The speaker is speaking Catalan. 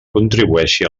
contribueixi